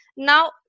Now